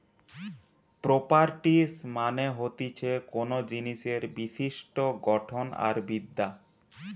properties মানে হতিছে কোনো জিনিসের বিশিষ্ট গঠন আর বিদ্যা